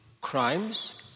crimes